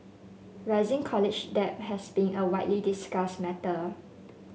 rising college debt has been a widely discussed matter